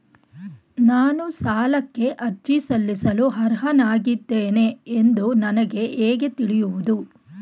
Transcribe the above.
ನಾನು ಸಾಲಕ್ಕೆ ಅರ್ಜಿ ಸಲ್ಲಿಸಲು ಅರ್ಹನಾಗಿದ್ದೇನೆ ಎಂದು ನನಗೆ ಹೇಗೆ ತಿಳಿಯುವುದು?